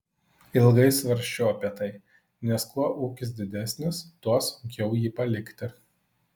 ilgai svarsčiau apie tai nes kuo ūkis didesnis tuo sunkiau jį palikti